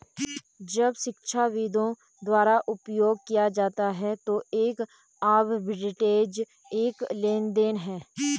जब शिक्षाविदों द्वारा उपयोग किया जाता है तो एक आर्बिट्रेज एक लेनदेन है